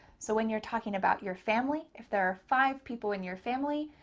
so when you're talking about your family, if there are five people in your family,